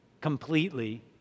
completely